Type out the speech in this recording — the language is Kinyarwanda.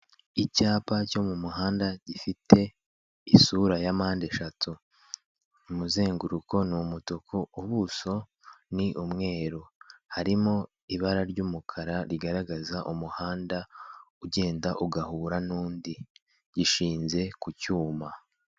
Icyapa cyo mu muhanda gifite isura ya mpande eshatu, umuzenguruko ni umutuku, ubuso ni umweru, harimo ibara ry'umukara rigaragaza umuhanda ugenda ugahura n'undi gishinze ku cyuma.